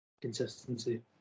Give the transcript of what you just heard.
consistency